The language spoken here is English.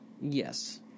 Yes